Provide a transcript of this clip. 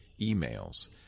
emails